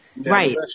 Right